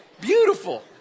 beautiful